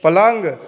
पलंग